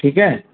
ठीकु आहे